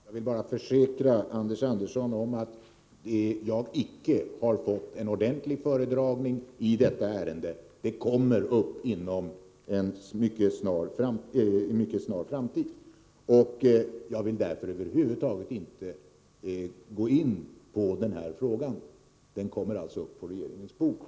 Herr talman! Jag vill bara informera Anders Andersson om att jag ännu icke har fått en ordentlig föredragning i detta ärende. Det kommer upp inom en mycket snar framtid. Jag vill därför över huvud taget inte gå in på frågan. Den kommer alltså upp på regeringens bord.